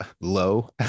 low